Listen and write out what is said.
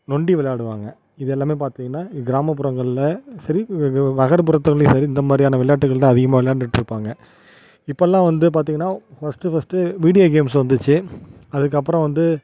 நொண்டி விளாடுவாங்க இது எல்லாமே பார்த்திங்கனா கிராமப்புறங்களில் சரி நகர்ப்புறத்திலையும் சரி இந்த மாதிரியான விளாயாட்டுகள் தான் அதிகமாக விளாயாண்டுட்ருப்பாங்க இப்போல்லாம் வந்து பார்த்திங்கனா ஃபஸ்ட்டு ஃபஸ்ட்டு வீடியோ கேம்ஸ் வந்துச்சு அதுக்கப்புறோம் வந்து